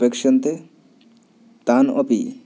अपेक्षन्ते तान् अपि